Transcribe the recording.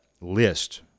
list